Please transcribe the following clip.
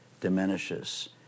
diminishes